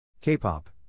K-Pop